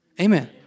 Amen